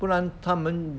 不然他们